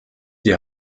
die